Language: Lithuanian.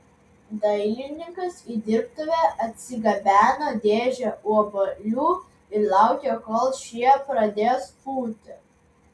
dailininkas į dirbtuvę atsigabeno dėžę obuolių ir laukė kol šie pradės pūti